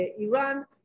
Iran